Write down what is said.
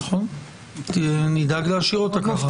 נכון, נדאג להשאיר אותה ככה.